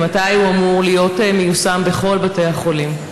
2. מתי הוא אמור להיות מיושם בכל בתי החולים?